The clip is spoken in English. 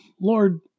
Lord